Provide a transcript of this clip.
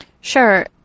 Sure